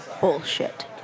Bullshit